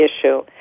issue